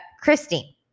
Christine